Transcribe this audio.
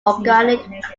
organic